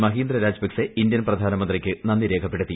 Mahinda Rajapaksa Indian പ്രധാനമന്ത്രിക്ക് നന്ദി രേഖപ്പെടുത്തി